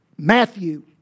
Matthew